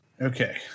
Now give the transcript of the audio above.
okay